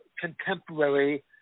contemporary